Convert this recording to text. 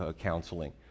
counseling